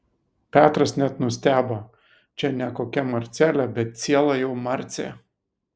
petras net nustebo čia nė kokia marcelė bet ciela jau marcė